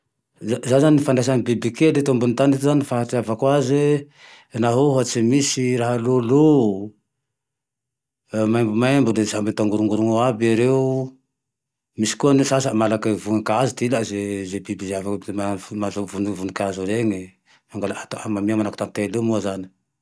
Zao zane ifandraisan'ny biby kely eto ambonin'ny tane fahatreavako aze, naho ohatse misy raha lòlò, maimbomainbo de samy mitangorongorogne aby reo. Misy koa ny sasany malaky amy vonikazo ty ilae, ze-ze biby ze avy eo ze mahazo vonivonikazo reny, hangala hatao hamamia nahake tantely io moa zany